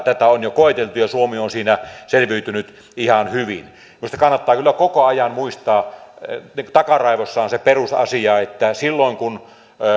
tätä on jo koeteltu ja suomi on siinä selviytynyt ihan hyvin minusta kannattaa kyllä koko ajan muistaa takaraivossaan se perusasia että silloin kun